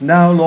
Now